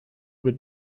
would